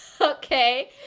Okay